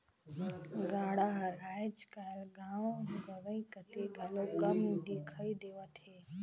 गाड़ा हर आएज काएल गाँव गंवई कती घलो कम दिखई देवत हे